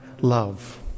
love